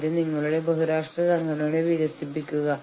അല്ലെങ്കിൽ ഒരു ആശുപത്രി പണിമുടക്കാൻ തീരുമാനിക്കുന്നു